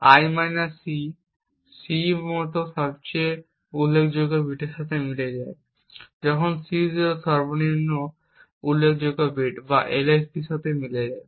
l 1 C এর সবচেয়ে উল্লেখযোগ্য বিটের সাথে মিলে যায় যখন C0 সর্বনিম্ন উল্লেখযোগ্য বিট বা LSB এর সাথে মিলে যায়